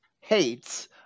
hates